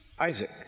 Isaac